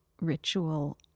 Ritual